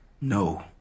No